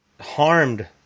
harmed